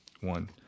one